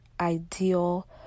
ideal